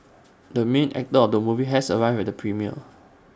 the main actor of the movie has arrived at the premiere